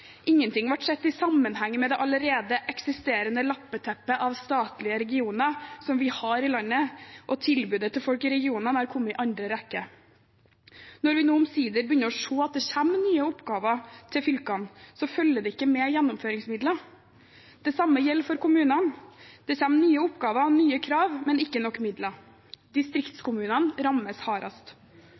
Ingenting ble sett i sammenheng med det allerede eksisterende lappeteppet av statlige regioner som vi har i landet, og tilbudet til folk i regionene har kommet i andre rekke. Når vi nå omsider begynner å se at det kommer nye oppgaver til fylkene, følger det ikke med gjennomføringsmidler. Det samme gjelder for kommunene. Det kommer nye oppgaver og nye krav, men ikke nok midler. Distriktskommunene rammes hardest.